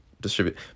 distribute